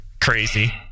Crazy